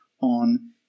on